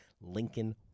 Lincoln